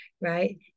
right